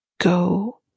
go